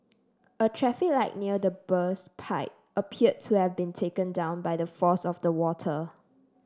a traffic light near the burst pipe appeared to have been taken down by the force of the water